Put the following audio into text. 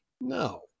No